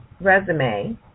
resume